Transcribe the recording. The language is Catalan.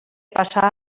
passar